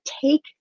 take